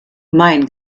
mein